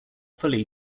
fully